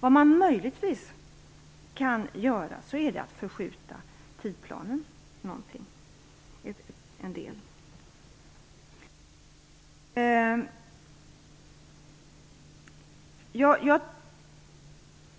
Vad man möjligtvis kan göra är att förskjuta tidplanen något.